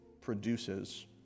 produces